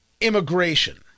immigration